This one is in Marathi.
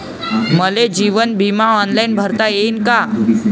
मले जीवन बिमा ऑनलाईन भरता येईन का?